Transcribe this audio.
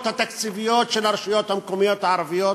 התקציביות של הרשויות המקומיות הערביות,